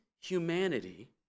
humanity